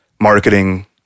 marketing